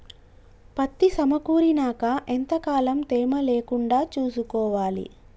పత్తి సమకూరినాక ఎంత కాలం తేమ లేకుండా చూసుకోవాలి?